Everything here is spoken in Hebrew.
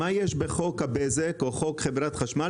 מה יש בחוק הבזק או בחוק חברת החשמל